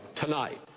tonight